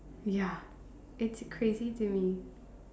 ya it's crazy to me